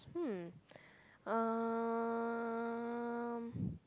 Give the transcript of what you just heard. hmm um